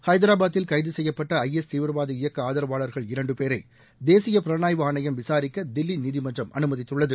ஐதராபாதில் கைதுசெய்யப்பட்ட ஐஎஸ் தீவிரவாத இயக்க ஆதரவாளர்கள் இரண்டு பேரை தேசிய புலனாய்வு ஆணையம் விசாரிக்க தில்லி நீதிமன்றம் அனுமதித்துள்ளது